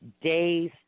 Days